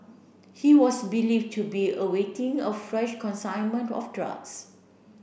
he was believe to be awaiting of fresh consignment of drugs